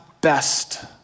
best